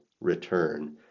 return